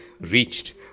reached